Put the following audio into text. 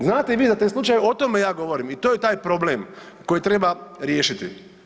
Znate i vi za taj slučaj, o tome ja govorim i to je taj problem koji treba riješiti.